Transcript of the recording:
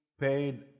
paid